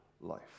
life